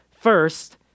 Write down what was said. First